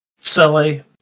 silly